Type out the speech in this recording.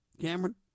Cameron